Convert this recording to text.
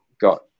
got